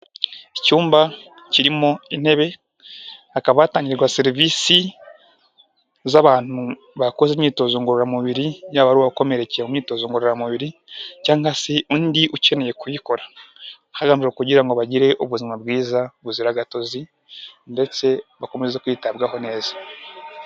Icyumba kirimo intebe, hakaba hatangirwa serivisi z'abantu bakoze imyitozo ngororamubiri, yaba ari uwakomerekeye mu mwitozo ngororamubiri cyangwa se undi ukeneye kuyikora, hagamijwe kugira ngo bagire ubuzima bwiza buzira gatozi ndetse bakomeze kwitabwaho neza.